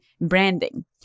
branding